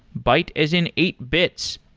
byte as in eight bits.